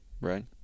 right